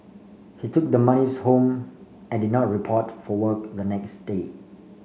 he took the monies home and did not report for work the next day